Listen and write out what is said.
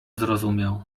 zrozumiał